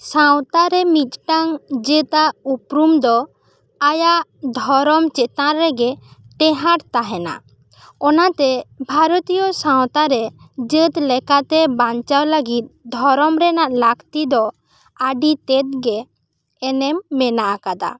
ᱥᱟᱶᱛᱟ ᱨᱮ ᱢᱤᱫᱴᱟᱝ ᱡᱮᱛᱟᱜ ᱩᱯᱨᱩᱢ ᱫᱚ ᱟᱭᱟᱜ ᱫᱷᱚᱨᱚᱢ ᱪᱮᱛᱟᱱ ᱨᱮᱜᱮ ᱴᱮᱦᱟᱸᱴ ᱛᱟᱦᱮᱱᱟ ᱚᱱᱟ ᱛᱮ ᱵᱷᱟᱨᱚᱛᱤᱭᱟ ᱥᱟᱶᱛᱟ ᱨᱮ ᱡᱟᱹᱛ ᱞᱮᱠᱟᱛᱮ ᱵᱟᱝᱪᱟᱣ ᱞᱟᱹᱜᱤᱫ ᱫᱷᱚᱨᱚᱢ ᱨᱮᱱᱟᱜ ᱞᱟᱹᱠᱛᱤ ᱫᱚ ᱟᱹᱰᱤ ᱛᱮᱫ ᱜᱮ ᱮᱱᱮᱢ ᱢᱮᱱᱟᱜ ᱟᱠᱟᱫᱟ